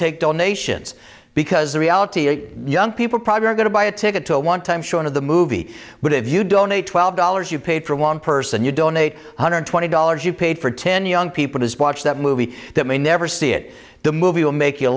take donations because the reality a young people program going to buy a ticket to a one time showing of the movie but if you donate twelve dollars you paid for one person you donate one hundred twenty dollars you paid for ten young people to watch that movie that may never see it the movie will make you